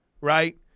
Right